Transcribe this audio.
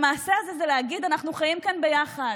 המעשה הזה זה להגיד: אנחנו חיים כאן ביחד,